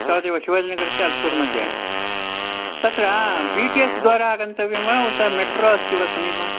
तावदेव शिवाजीनगरस्य अल्सूर्मध्ये तत्र बि टि एस् द्वारा आगन्तव्यं वा उत मेट्रो अस्ति वा समीपम्